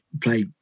play